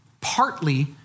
Partly